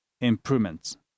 improvements